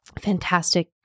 fantastic